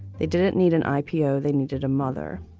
they didn't need an ipo. they needed a mother.